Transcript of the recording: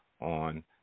on